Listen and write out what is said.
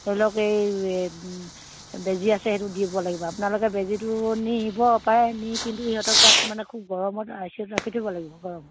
ধৰি লওক এই বেজী আছে সেইটো দিব লাগিব আপোনালোকে বেজীটো নিব পাৰে নি কিন্তু সিহঁতক তাত মানে খুব গৰমত আই চি ইউত ৰাখি দিব লাগিব গৰমত